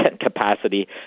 capacity